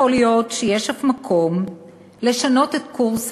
ויכול להיות שיש אף מקום לשנות את קורס